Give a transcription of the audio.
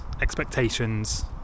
expectations